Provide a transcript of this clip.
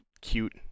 Cute